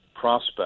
prospect